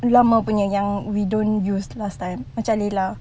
a lot more punya yang we don't use last time macam layla